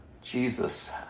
Jesus